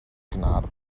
gnade